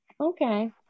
Okay